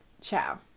Ciao